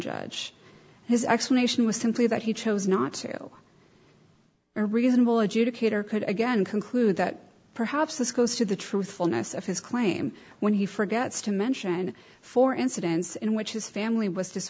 judge his explanation was simply that he chose not to a reasonable adjudicator could again conclude that perhaps this goes to the truthfulness of his claim when he forgets to mention four incidents in which his family was